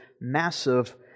massive